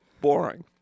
boring